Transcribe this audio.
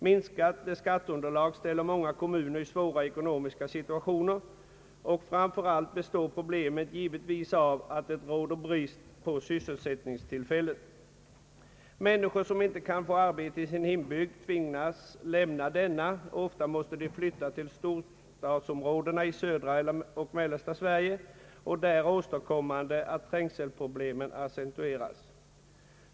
Minskade skatteunderlag ställer många kommuner i svåra ekonomiska situationer. Och framför allt består problemen givetvis i att det råder brist på sysselsättningstillfällen. Människor som inte kan få arbete i hembygden tvingas lämna denna, och ofta måste de flytta till storstadsområdena i södra och mellersta Sverige, där åstadkommande att trängselproblemen accentueras.